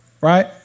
Right